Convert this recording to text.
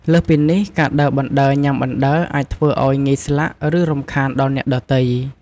លើសពីនេះ ការដើរបណ្តើរញ៉ាំបណ្តើរ អាចធ្វើឲ្យងាយស្លាក់ ឬរំខានដល់អ្នកដទៃ។